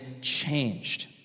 changed